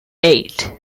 eight